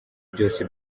byose